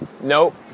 Nope